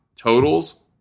totals